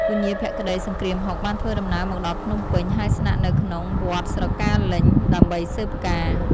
ពញាភក្តីសង្គ្រាមហុក បានធ្វើដំណើរមកដល់ភ្នំពេញ ហើយស្នាក់នៅក្នុង វត្តស្រកាលេញ ដើម្បីស៊ើបការណ៍។